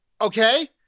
Okay